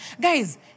Guys